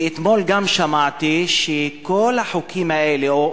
ואתמול גם שמעתי שכל החוקים האלה,